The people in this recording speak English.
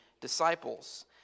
disciples